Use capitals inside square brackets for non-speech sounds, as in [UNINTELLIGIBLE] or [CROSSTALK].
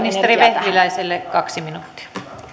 [UNINTELLIGIBLE] ministeri vehviläiselle kaksi minuuttia arvoisa